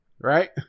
Right